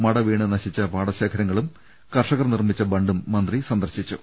മട വീണ് നശിച്ച പാടശേഖരങ്ങളും കർഷകർ നിർമ്മിച്ച ബണ്ടും മന്ത്രി സന്ദർശിച്ചു